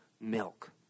milk